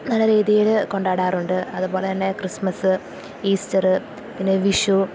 നല്ല രീതിയില് കൊണ്ടാടാറുണ്ട് അതുപോലെ തന്നെ ക്രിസ്മസ് ഈസ്റ്റര് പിന്നെ വിഷു